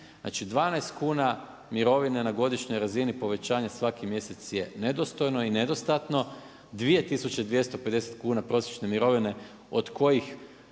12 kuna mirovine na godišnjoj razini povećanje svaki mjesec je nedostojno i nedostatno, 2.250 kuna prosječne mirovine od kojih